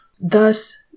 Thus